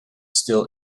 still